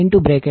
તેથી i13